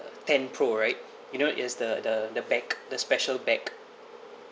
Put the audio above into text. the ten pro right you know is the the the back the special back